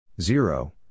Zero